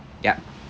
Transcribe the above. ya